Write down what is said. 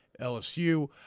LSU